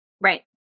right